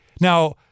Now